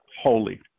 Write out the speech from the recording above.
holy